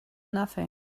nothing